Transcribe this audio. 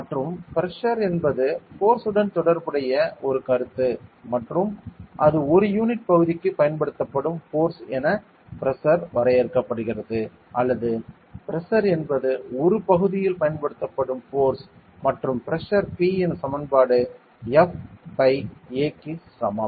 மற்றும் பிரஷர் என்பது ஃபோர்ஸ்யுடன் தொடர்புடைய ஒரு கருத்து மற்றும் அது ஒரு யூனிட் பகுதிக்கு பயன்படுத்தப்படும் ஃபோர்ஸ் என பிரஷர் வரையறுக்கப்படுகிறது அல்லது பிரஷர் என்பது ஒரு பகுதியில் பயன்படுத்தப்படும் ஃபோர்ஸ் மற்றும் பிரஷர் P இன் சமன்பாடு F பை A க்கு சமம்